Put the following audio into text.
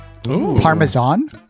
Parmesan